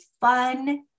fun